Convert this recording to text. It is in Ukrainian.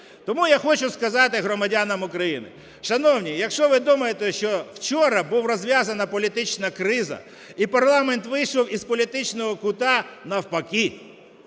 Тому я хочу сказати громадянам України. Шановні, якщо ви думаєте, що вчора було розв'язано політичну кризу, і парламент вийшов з політичного кута – навпаки